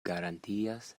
garantias